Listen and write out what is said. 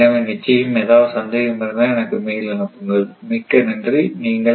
எனவே நிச்சயம் ஏதாவது சந்தேகம் இருந்தால் எனக்கு மெயில் அனுப்புங்கள்